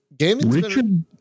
Richard